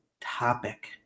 topic